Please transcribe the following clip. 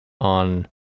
on